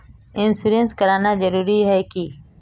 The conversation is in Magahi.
इंश्योरेंस कराना जरूरी ही है की?